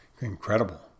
Incredible